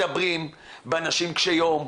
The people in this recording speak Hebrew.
אנחנו מדברים באנשים קשי יום,